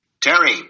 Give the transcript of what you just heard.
Terry